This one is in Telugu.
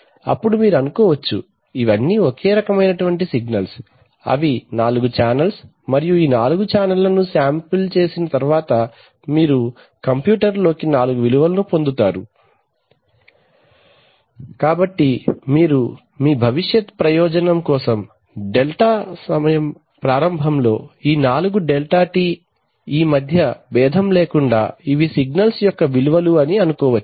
అప్పుడు మీరు అనుకోవచ్చు ఇవి అన్నీఒకే రకమైనటువంటి సిగ్నల్స్ అవి నాలుగు ఛానెల్స్ మరియు ఈ నాలుగు ఛానెళ్లను శాంపిల్ చేసిన తర్వాత మీరు కంప్యూటర్లోకి నాలుగు విలువలను పొందుతారు కాబట్టి మీరు మీ భవిష్యత్ ప్రయోజనం కోసం డెల్టా సమయం ప్రారంభంలో ఈ నాలుగు డెల్టా T ఈ మధ్య భేదం లేకుండా ఇవి సిగ్నల్స్ యొక్క విలువలు అని అనుకోవచ్చు